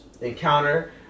encounter